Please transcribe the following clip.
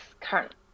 current